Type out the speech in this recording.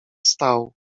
stał